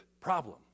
problem